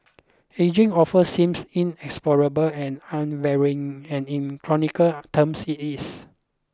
ageing often seems inexorable and unvarying and in chronological terms it is